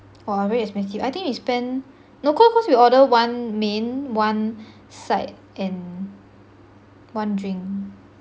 !wah! very expensive I think we spend no cau~ cause we order one main one side and one drink